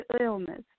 illness